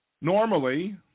normally